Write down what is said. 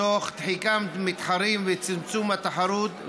תוך דחיקת מתחרים וצמצום התחרות.